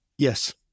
Yes